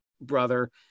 brother